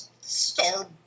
star